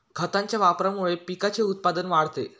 खतांच्या वापरामुळे पिकाचे उत्पादन वाढते